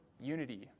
unity